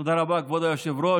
תודה רבה, כבוד היושב-ראש.